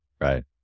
Right